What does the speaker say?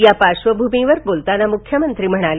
या पार्श्वभूमीवर बोलताना मुख्यमंत्री म्हणाले